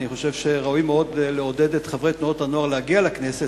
אני חושב שראוי מאוד לעודד את חברי תנועות הנוער להגיע לכנסת,